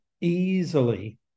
easily